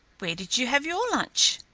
when did you have your lunch?